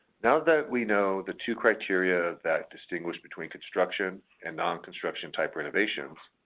now that we know the two criteria that distinguish between construction and non-construction type renovations,